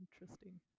interesting